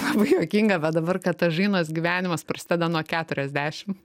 labai juokinga bet dabar katažinos gyvenimas prasideda nuo keturiasdešimt